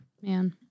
Man